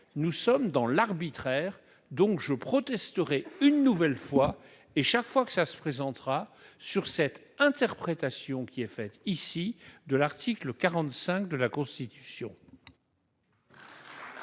nous sommes dans l'arbitraire, donc je proteste aurait une nouvelle fois, et chaque fois que ça se présentera sur cette interprétation qui est faite ici de l'article 45 de la Constitution.